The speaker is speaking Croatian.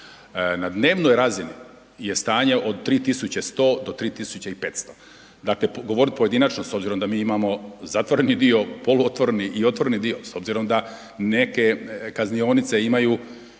Na dnevnoj razini je stanje od 3100 do 3500, dakle govorit pojedinačno s obzirom da mi imamo zatvoreni dio, poluotvoreni i otvoreni dio s obzirom da neke kaznionice imaju